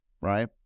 right